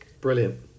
Brilliant